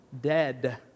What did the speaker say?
Dead